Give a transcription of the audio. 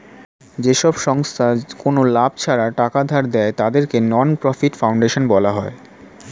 যেসব সংস্থা কোনো লাভ ছাড়া টাকা ধার দেয়, তাদেরকে নন প্রফিট ফাউন্ডেশন বলা হয়